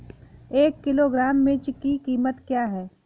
एक किलोग्राम मिर्च की कीमत क्या है?